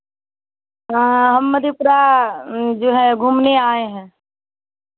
हाँ हम मधेपुरा जो है घूमने आए हैं